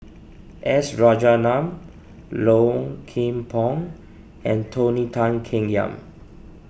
S Rajaratnam Low Kim Pong and Tony Tan Keng Yam